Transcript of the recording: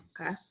Okay